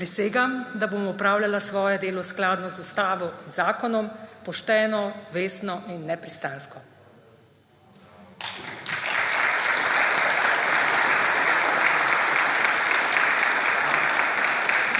Prisegam, da bom opravljala svoje delo skladno z ustavo in zakonom, pošteno, vestno in nepristransko.